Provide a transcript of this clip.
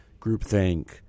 groupthink